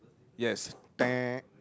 yes